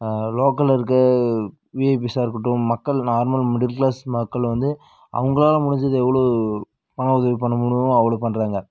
லோக்கலில் இருக்க விஐபியா இருக்கட்டும் மக்கள் நார்மல் மிடில் க்ளாஸ் மக்கள் வந்து அவங்களால முடிஞ்சது எவ்வளோ பண உதவி பண்ண முடியுமோ அவ்வளோ பண்ணுறாங்க